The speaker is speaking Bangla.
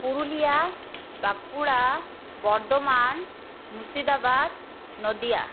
পুরুলিয়া বাঁকুড়া বর্ধমান মুর্শিদাবাদ নদীয়া